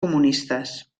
comunistes